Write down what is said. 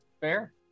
Fair